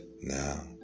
Now